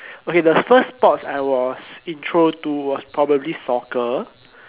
okay the first sports I was intro to was probably soccer